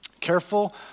Careful